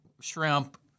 shrimp